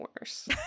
worse